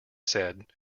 said